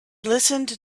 listened